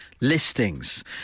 listings